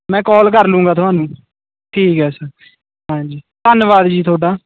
ਮੈਂ ਕਾਲ ਕਰ ਲੂਗਾ ਥੋਨੂੰ ਠੀਕ ਐ ਸਰ ਹਾਂਜੀ ਧੰਨਵਾਦ ਜੀ ਥੋਡਾ